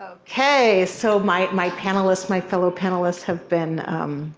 okay, so my my panelists, my fellow panelists, have been